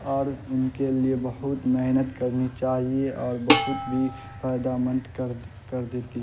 اور ان کے لیے بہت محنت کرنی چاہیے اور بہت بھی فائدہ مند کر کر دیتی